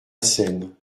scène